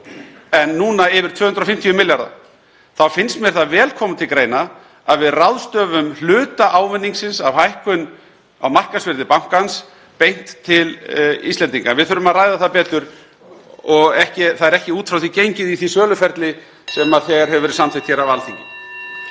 en núna yfir 250 milljarða, þá finnst mér það vel koma til greina að við ráðstöfum hluta ávinningsins af hækkun á markaðsvirði bankans beint til Íslendinga. En við þurfum að ræða það betur og ekki er út frá því gengið í því söluferli sem þegar hefur verið samþykkt hér af Alþingi.